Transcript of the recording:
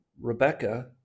Rebecca